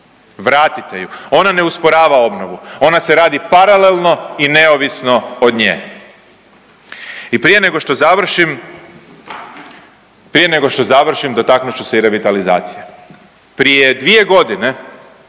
Vratite ju, ona ne usporava obnovu, ona se radi paralelno i neovisno od nje. I prije nego što završim, prije nego što završim dotaknut ću se i revitalizacije. Prije dvije godine